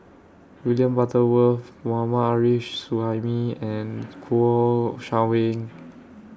William Butterworth Mohammad Arif Suhaimi and Kouo Shang Wei